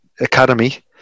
Academy